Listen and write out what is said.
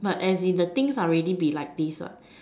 but as in the things are already be like this what